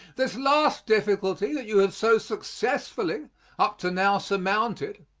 this last difficulty that you have so successfully up to now surmounted,